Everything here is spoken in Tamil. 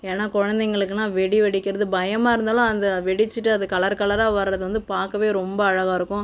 ஏன்னா குழந்தைங்களுக்குனா வெடி வெடிக்கிறது பயமாக இருந்தாலும் அந்த வெடிச்சிவிட்டு அது கலர் கலராக வரது வந்து பார்க்கவே ரொம்ப அழகாக இருக்கும்